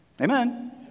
amen